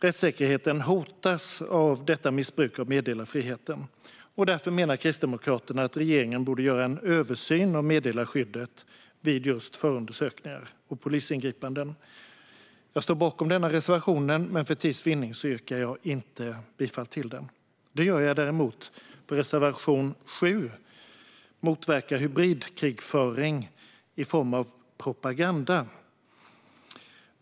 Rättssäkerheten hotas av detta missbruk av meddelarfriheten. Därför menar Kristdemokraterna att regeringen borde göra en översyn av meddelarskyddet vid förundersökningar och polisingripanden. Jag står bakom denna reservation, men för tids vinnande yrkar jag inte bifall till den. Det gör jag däremot till reservation 7 om att motverka hybridkrigföring i form av propaganda.